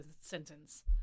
sentence